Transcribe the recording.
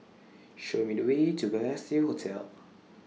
Show Me The Way to Balestier Hotel